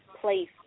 place